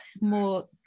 more